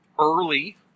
early